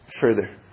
further